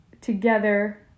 together